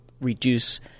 reduce